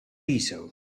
diesel